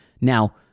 Now